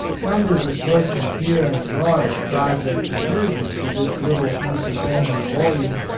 numbers of persons here and abroad ascribe their conversion to this little unpretending volume,